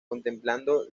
contemplando